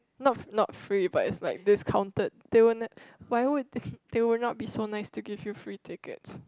not not free but it's like discounted they will ne~ why would they they will not be so nice to give you free tickets